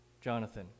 Jonathan